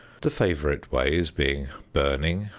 the favorite ways being burning,